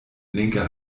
linke